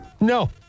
no